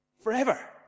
forever